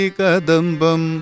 kadambam